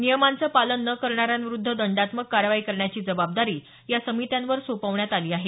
नियमांचं पालन न करणाऱ्यांविरुद्ध दंडात्मक कारवाई करण्याची जबाबदारी या समित्यांवर सोपवण्यात आली आहे